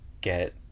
get